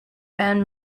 band